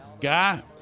Guy